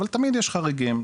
אבל תמיד יש חריגים,